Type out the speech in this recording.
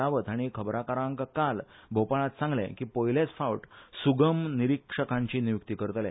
रावत हाणी खबराकारांक काल भोपाळात सांगले की पयलेच फावट सुगम निरिक्षकांची नियुक्ती करतले